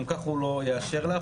גם ככה הוא לא יאשר לך,